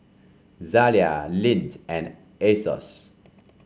Zalia Lindt and Asos